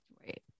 Right